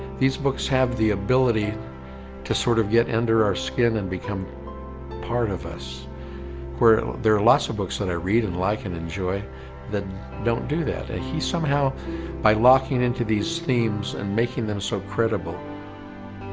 these books have the ability to sort of get under our skin and become part of us where there are lots of books that i read and like and enjoy that don't do that but ah he somehow by locking into these themes and making them so credible